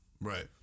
Right